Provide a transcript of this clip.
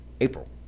April